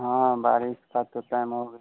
हाँ बारिश का तो टाइम हो गया